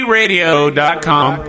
radio.com